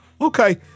Okay